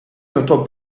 notre